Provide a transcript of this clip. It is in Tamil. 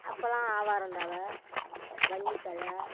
அப்போல்லாம் ஆவாரம் தழை வன்னித்தழை